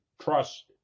trust